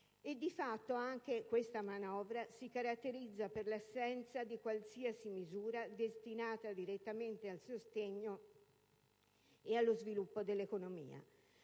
Di fatto, anche questa manovra si caratterizza per l'assenza di qualsiasi misura destinata direttamente al sostegno e allo sviluppo dell'economia.